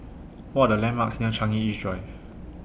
What Are The landmarks near Changi East Drive